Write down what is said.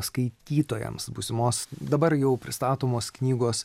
skaitytojams būsimos dabar jau pristatomos knygos